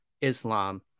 Islam